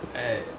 eh